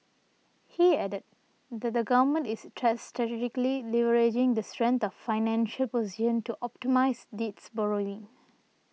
he added that the government is strategically leveraging the strength of its financial position to optimise its borrowing